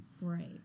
Right